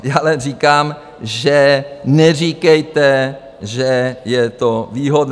Já jen říkám, neříkejte, že je to výhodné.